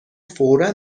فورا